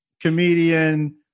comedian